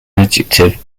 adjective